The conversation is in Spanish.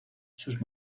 sus